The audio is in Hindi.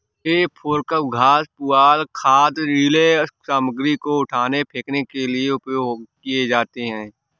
हे फोर्कव घास, पुआल, खाद, ढ़ीले सामग्री को उठाने, फेंकने के लिए उपयोग किए जाते हैं